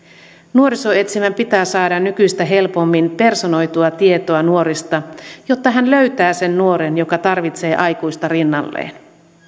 nuorisoetsivän pitää saada nykyistä helpommin personoitua tietoa nuorista jotta hän löytää sen nuoren joka tarvitsee aikuista rinnalleen